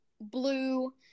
blue